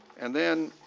and then